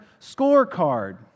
scorecard